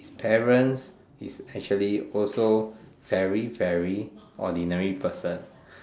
parents is actually also very very ordinary person